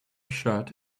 shirt